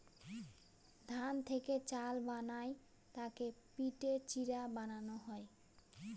ধান থেকে চাল বানায় তাকে পিটে চিড়া বানানো হয়